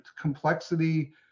complexity